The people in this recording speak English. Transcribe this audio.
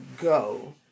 go